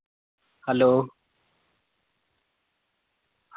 hello